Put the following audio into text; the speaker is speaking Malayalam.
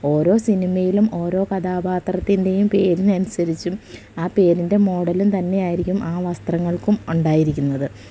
ഓരോ സിനിമയിലും ഓരോ കഥാപാത്രത്തിൻ്റെയും പേരിനനുസരിച്ചും ആ പേരിൻ്റെ മോഡലും തന്നെയായിരിക്കും ആ വസ്ത്രങ്ങൾക്കും ഉണ്ടായിരിക്കുന്നത്